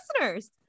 listeners